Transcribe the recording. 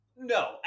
No